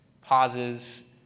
pauses